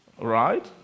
Right